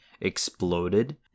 exploded